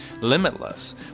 limitless